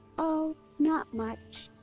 oh, not much.